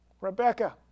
Rebecca